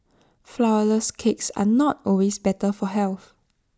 Flourless Cakes are not always better for health